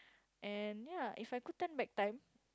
and ya if I could turn back time